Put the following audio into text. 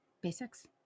Basics